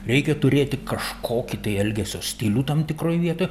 reikia turėti kažkokį tai elgesio stilių tam tikroj vietoj